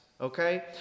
Okay